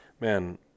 man